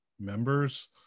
members